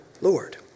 Lord